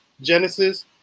Genesis